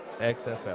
XFL